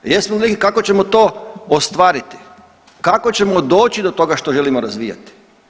Jesmo li i kako ćemo to ostvariti, kako ćemo doći do toga što želimo razvijati?